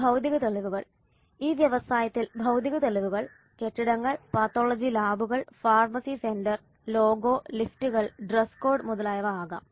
ഭൌതിക തെളിവുകൾ ഈ വ്യവസായത്തിൽ ഭൌതിക തെളിവുകൾ കെട്ടിടങ്ങൾ പാത്തോളജി ലാബുകൾ ഫാർമസി സെന്റർ ലോഗോ ലിഫ്റ്റുകൾ ഡ്രസ് കോഡ് മുതലായവ ആകാം